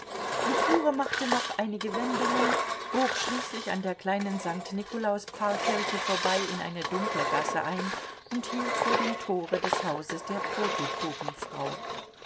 die fuhre machte noch einige wendungen bog schließlich an der kleinen st nikolaus pfarrkirche vorbei in eine dunkle gasse ein und hielt vor dem tore des hauses der protopopenfrau